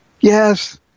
Yes